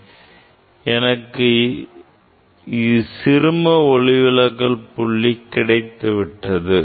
இப்போது எனக்கு சிறும ஒளிவிலகல் புள்ளி கிடைத்துவிட்டது